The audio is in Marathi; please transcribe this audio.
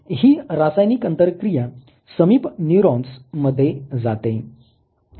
हि रासायनिक अंतरक्रिया समीप न्युरोन्स मध्ये जाते